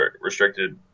restricted